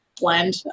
blend